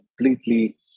completely